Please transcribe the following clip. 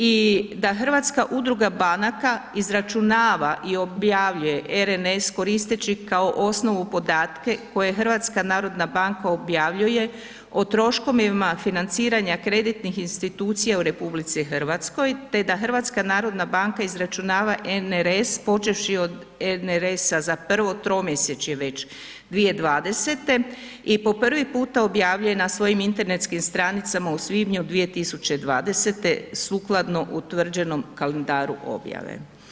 I da Hrvatska udruga banaka izračunava i objavljuje RNS koristeći kao osnovu podatke koje HNB objavljuje o troškovima financiranja kreditnih institucija u RH te da HNB izračunava NRS počevši od NRS-a za prvo tromjesečje već 2020. i po prvi puta objavljuje na svojim internetskim stranicama u svibnju 2020. sukladno utvrđenom kalendaru objave.